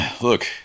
Look